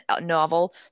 novel